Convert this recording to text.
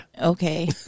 Okay